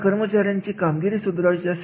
मध्यम कामगिरी करण्यासाठी मध्यम वेतन असते